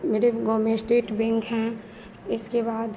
मेरे गाँव में इश्टेट बेंक हैं इसके बाद